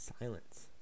silence